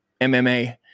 mma